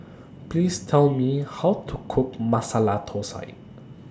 Please Tell Me How to Cook Masala Thosai